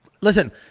listen